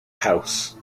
house